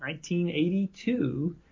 1982